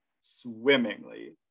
swimmingly